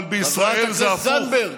אבל בישראל זה הפוך.